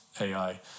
AI